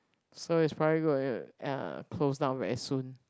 so it's probably going to ya close down very soon